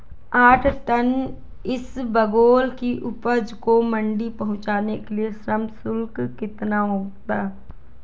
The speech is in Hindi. आठ टन इसबगोल की उपज को मंडी पहुंचाने के लिए श्रम शुल्क कितना होगा?